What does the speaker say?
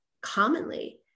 commonly